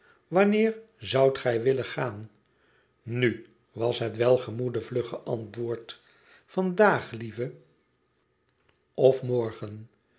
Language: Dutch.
wanneer zoudt gij willen gaan nu was het welgemoede vlugge antwoord vandaag lieve of